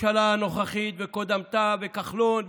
הממשלה הנוכחית וקודמתה וכחלון.